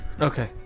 Okay